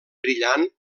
brillant